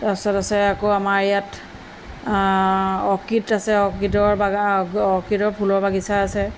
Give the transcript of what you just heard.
তাৰপিছত আছে আকৌ আমাৰ ইয়াত অৰ্কিড আছে অৰ্কিডৰ বাগা অৰ্কিডৰ ফুলৰ বাগিচা আছে